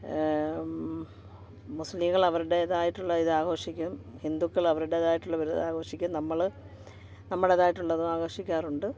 മുസ്ലിങ്ങൾ അവരുടേതായിട്ടുള്ള ഇതാഘോഷിക്കും ഹിന്ദുക്കളവരുടേതായിട്ടുള്ള ഇത് ആഘോഷിക്കും നമ്മൾ നമ്മടേതായിട്ടുള്ളതും ആഘോഷിക്കാറുണ്ട്